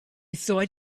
thought